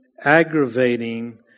aggravating